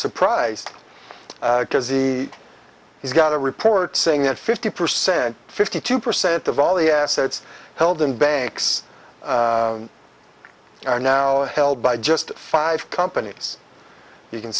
surprised because he has got a report saying that fifty percent fifty two percent of all the assets held in banks are now held by just five companies you can